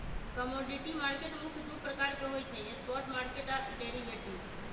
commodity market मुख्य दु प्रकार के होइ छइ स्पॉट मार्केट आऽ डेरिवेटिव